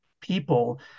people